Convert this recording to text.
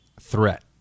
threat